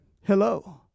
Hello